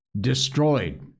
destroyed